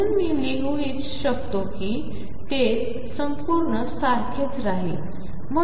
म्हणून मीलिहूशकतोकीतेसंपूर्णसारखेचराहील